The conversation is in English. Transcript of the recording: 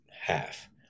half